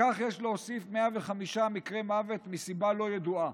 לכך יש להוסיף 105 מקרי מוות מסיבה לא ידועה,